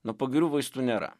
nuo pagirių vaistų nėra